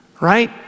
right